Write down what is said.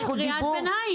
קריאת ביניים.